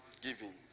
Giving